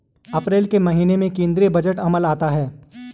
अप्रैल के महीने में केंद्रीय बजट अमल में आता है